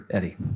Eddie